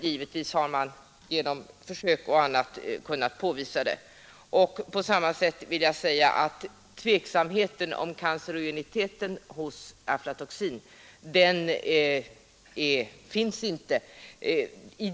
Givetvis har man genom försök och på annat sätt kunnat påvisa detta. Någon tveksamhet om aflatoxinets cancerogenitet råder det inte.